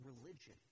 religion